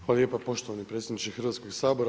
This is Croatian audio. Hvala lijepo poštovani predsjedniče Hrvatskog sabora.